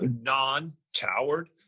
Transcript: non-towered